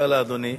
תודה לאדוני.